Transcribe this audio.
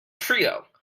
trio